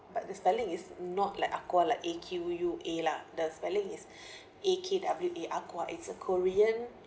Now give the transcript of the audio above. but the spelling is not like aqua like A_Q_U_A lah the spelling is A_K_W_A_R akwar it's a korean